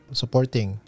supporting